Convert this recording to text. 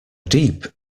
deep